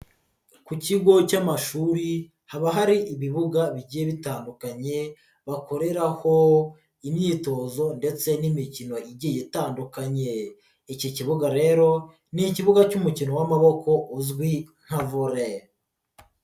Ku kigo cy'amashuri haba hari ibibuga bigiye bitandukanye bakoreraho imyitozo ndetse n'imikino igiye itandukanye, iki kibuga rero n'ikibuga cy'umukino w'amaboko uzwi nka Vore.